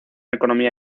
economía